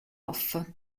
off